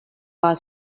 war